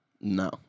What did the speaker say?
No